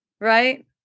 Right